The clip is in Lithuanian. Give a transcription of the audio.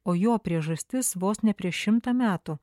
o jo priežastis vos ne prieš šimtą metų